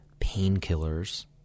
painkillers